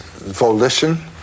volition